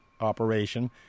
operation